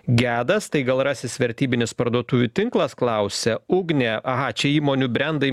gedas tai gal rasis vertybinis parduotuvių tinklas klausia ugnė aha čia įmonių brendai